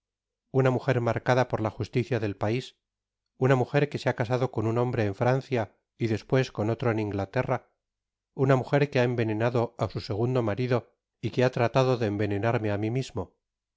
una mujer marcada por la justicia del pais una mujerque se ba casado con un hombre en francia y despues con otro en inglaterra una mujer que ha envenenado á su segundo marido y que ha tratado de envenenarme á mi mismo